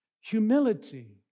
humility